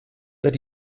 that